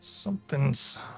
Something's